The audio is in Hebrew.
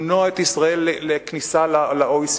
למנוע כניסה של ישראל ל-OECD,